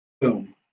Boom